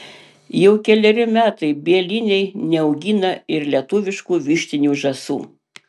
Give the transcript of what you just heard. jau keleri metai bieliniai neaugina ir lietuviškų vištinių žąsų